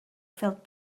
felt